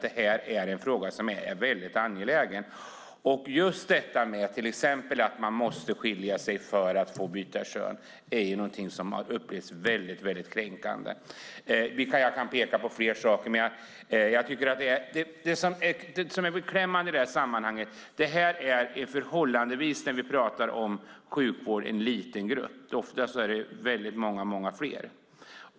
Det här är alltså något som är väldigt angeläget. Detta att man måste skilja sig för att få byta kön är något som har upplevts som väldigt kränkande. Jag kan peka på fler saker. Det här gäller en förhållandevis liten grupp. När vi talar om sjukvårdsfrågor berör de ofta många fler.